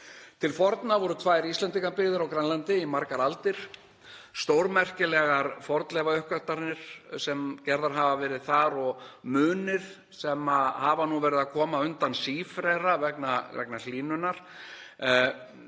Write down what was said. Til forna voru tvær Íslendingabyggðir á Grænlandi í margar aldir, stórmerkilegar fornleifauppgötvanir sem gerðar hafa verið þar og munir sem hafa verið að koma undan sífrera vegna hlýnunar.